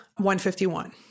151